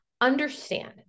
understand